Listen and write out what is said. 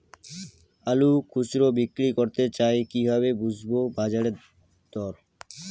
আলু খুচরো বিক্রি করতে চাই কিভাবে বুঝবো বাজার দর?